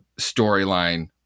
storyline